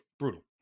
brutal